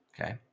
okay